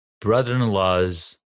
brother-in-law's